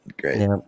great